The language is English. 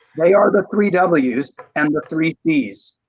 they are the three w's, and the three c's.